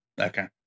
okay